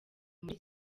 muri